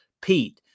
Pete